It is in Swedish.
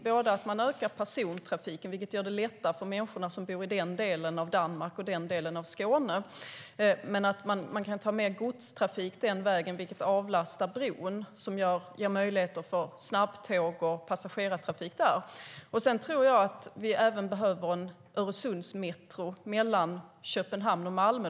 Persontrafiken kan öka, vilket gör det lättare för de människor som bor i den delen av Danmark och Skåne. Mer godstrafik kan transporteras den vägen, vilket avlastar bron och ger mer utrymme för snabbtåg och passagerartrafik. Vi behöver även en Öresundsmetro mellan Köpenhamn och Malmö.